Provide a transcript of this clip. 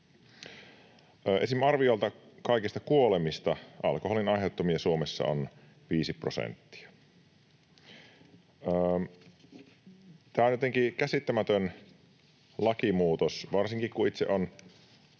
esim. arviolta kaikista kuolemista alkoholin aiheuttamia Suomessa on viisi prosenttia. Tämä on jotenkin käsittämätön lakimuutos, varsinkin kun itse olen